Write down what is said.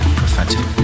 prophetic